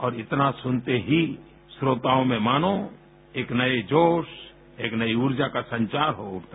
और इतना सुनते ही श्रोताओं में मानो एक नए जोश एक नई ऊर्जा का संचार हो उठता